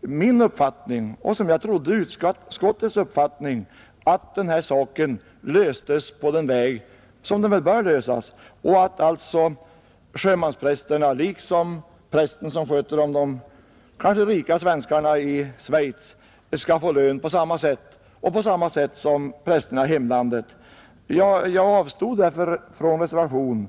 därför min, och som jag trodde, utskottets uppfattning att denna fråga löstes på den väg den bör lösas och att det var klart att sjömansprästerna liksom prästen som sköter om de kanske rika svenskarna i Schweiz skall få lön på samma sätt, och på samma sätt som prästerna i hemlandet. Jag avstod alltså från att avge någon reservation.